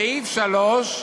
סעיף (3)